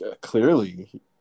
clearly